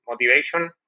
motivation